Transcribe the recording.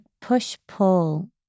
push-pull